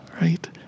right